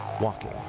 Walking